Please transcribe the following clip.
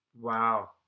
Wow